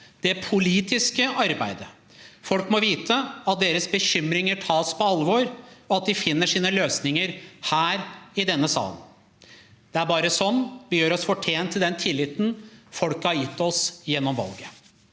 det politiske arbeidet. Folk må vite at deres bekymringer tas på alvor, og at de finner sine løsninger her i denne sal. Det er bare sånn vi gjør oss fortjent til den tilliten folk har gitt oss gjennom valget.